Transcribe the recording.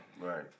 Right